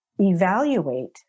evaluate